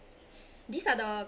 these are the